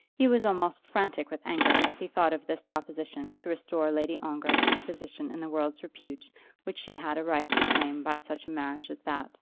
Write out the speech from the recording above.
he was almost frantic with anger as he thought of this proposition to restore lady ongar to the position in the world's repute which she had a right to claim, by such a marriage as that.